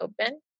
open